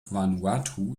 vanuatu